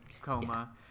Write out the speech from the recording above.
coma